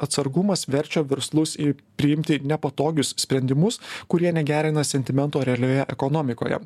atsargumas verčia verslus į priimti nepatogius sprendimus kurie negerina sentimento realioje ekonomikoje